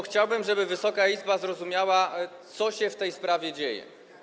Chciałbym, żeby Wysoka Izba zrozumiała, co się w tej sprawie dzieje.